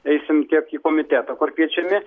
eisim tiek į komitetą kur kviečiami